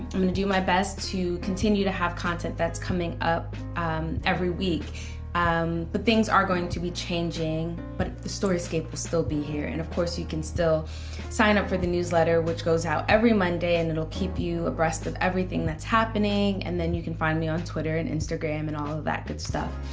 i'm gonna do my best to continue to have content that's coming up every week um but things are going to be changing, but the storyscape will still be here and of course you can still sign up for the newsletter which goes out every monday and it'll keep you abreast of everything that's happening and then you can find me on twitter and instagram and all of that good stuff.